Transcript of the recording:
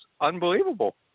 unbelievable